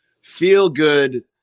feel-good